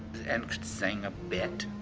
and could sing a bit,